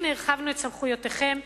הנה הרחבנו את סמכויותיכם.